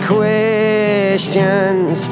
questions